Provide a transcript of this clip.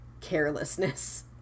carelessness